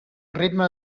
ritme